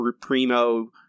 primo